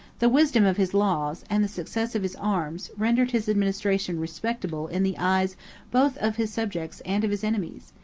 the wisdom of his laws, and the success of his arms, rendered his administration respectable in the eyes both of his subjects and of his enemies.